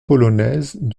polonaise